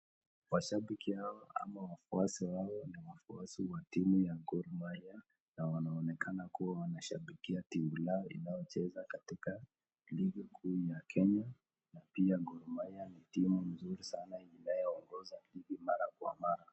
Mashabiki hawa ama wafuasi hawa ni wafuasi wa timu ya Gor Mahia na wanaonekana kuwa wanashambikia timu yao inayocheza katika ligi kuu ya Kenya na pia Gor Mahia ni timu nzuri inayoongoza ligi mara kwa mara.